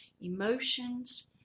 emotions